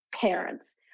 parents